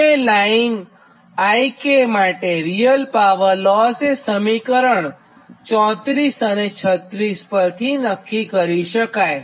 હવેલાઇન ik માટે real power loss એ સમીકરણ 34 અને 36 પરથી નક્કી કરી શકાય